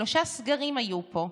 שלושה סגרים היו פה.